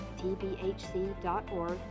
tbhc.org